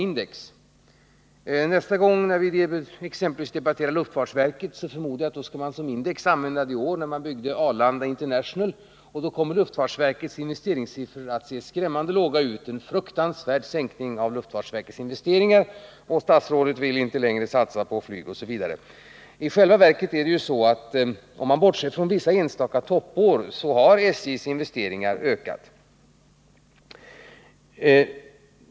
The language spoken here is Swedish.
Nästa gång vi exempelvis debatterar luftfartsverket förmodar jag att man som index skall använda det år man byggde Arlanda International. Då kommer luftfartsver kets investeringssiffror att se skrämmande låga ut — en fruktansvärd sänkning av luftfartsverkets investeringar — och det kommer att sägas att statsrådet inte längre vill satsa på flyg osv. I själva verket är det så, om man bortser från vissa enstaka toppår, att SJ:s investeringar ökat.